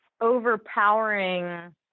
overpowering